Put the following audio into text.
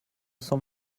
cent